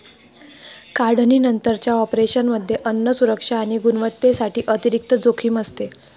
काढणीनंतरच्या ऑपरेशनमध्ये अन्न सुरक्षा आणि गुणवत्तेसाठी अतिरिक्त जोखीम असते